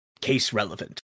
case-relevant